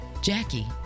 Jackie